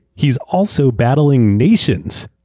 he's also battling nations,